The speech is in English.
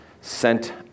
sent